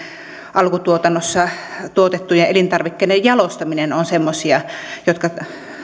alkutuotannossa tuotettujen elintarvikkeiden jalostaminen ovat semmoisia jotka